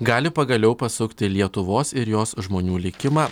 gali pagaliau pasukti lietuvos ir jos žmonių likimą